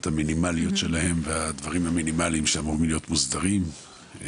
המינימליות שלהם בדברים המינימליים שאמורים להיות מוסדרים.